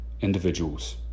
individuals